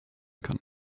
kann